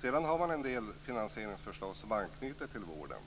Sedan har man också en del finansieringsförlag som anknyter till vården.